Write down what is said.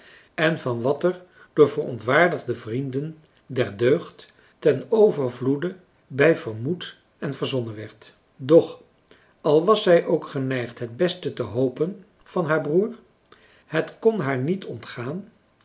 en van wat er door verontwaardigde vrienden der deugd ten overvloede bij vermoed en verzonnen werd doch al was zij ook geneigd het beste te hopen van haar broer het kon haar niet ontgaan